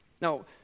Now